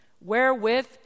wherewith